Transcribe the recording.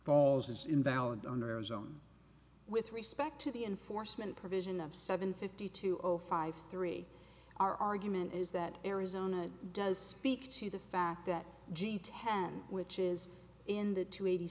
falls is invalid under a zone with respect to the enforcement provision of seven fifty two zero five three our argument is that arizona does speak to the fact that g ten which is in the two eighty